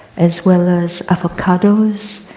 as well as avocados,